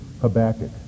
Habakkuk